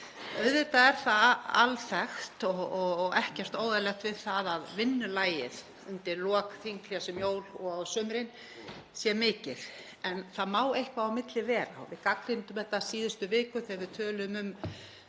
Auðvitað er það alþekkt og ekkert óeðlilegt við það að vinnulagið undir lokin, fyrir þinghlé um jól og á sumrin, sé mikið. En það má eitthvað á milli vera. Við gagnrýndum þetta í síðustu viku þegar við töluðum